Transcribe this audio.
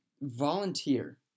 volunteer